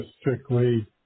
strictly